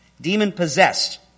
Demon-possessed